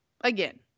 Again